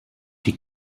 die